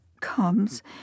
comes